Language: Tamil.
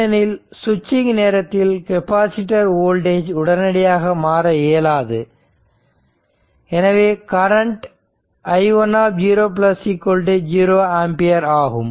ஏனெனில் சுவிட்சிங் நேரத்தில் கெப்பாசிட்டர் வோல்டேஜ் உடனடியாக மாற இயலாது எனவே கரண்ட் i10 0 ஆம்பியர் ஆகும்